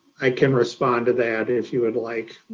i can respond to that if you would like.